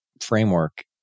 framework